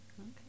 okay